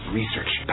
research